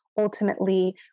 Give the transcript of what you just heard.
ultimately